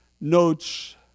notes